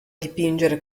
dipingere